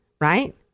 right